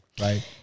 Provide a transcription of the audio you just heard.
right